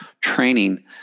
training